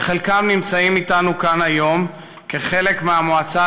וחלקם נמצאים אתנו כאן היום כחלק מהמועצה